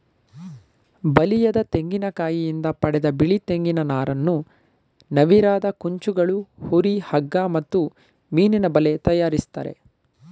ಬಲಿಯದ ತೆಂಗಿನಕಾಯಿಂದ ಪಡೆದ ಬಿಳಿ ತೆಂಗಿನ ನಾರನ್ನು ನವಿರಾದ ಕುಂಚಗಳು ಹುರಿ ಹಗ್ಗ ಮತ್ತು ಮೀನಿನಬಲೆ ತಯಾರಿಸ್ತರೆ